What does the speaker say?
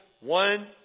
one